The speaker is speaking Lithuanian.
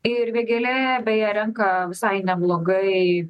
ir vėgėlė beje renka visai neblogai